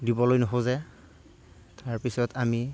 দিবলৈ নোখোজে তাৰপিছত আমি